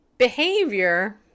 Behavior